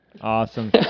Awesome